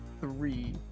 three